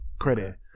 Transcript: credit